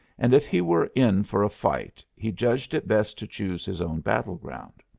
and if he were in for a fight he judged it best to choose his own battleground.